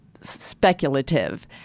speculative